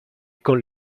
con